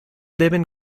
deben